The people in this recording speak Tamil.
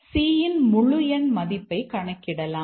c இன் முழு எண் மதிப்பை கணக்கிடலாம்